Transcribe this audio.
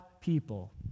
people